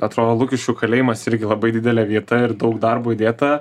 atrodo lukiškių kalėjimas irgi labai didelė vieta ir daug darbo įdėta